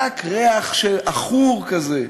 רק ריח של עכור כזה,